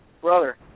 brother